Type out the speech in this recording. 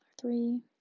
three